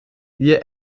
wir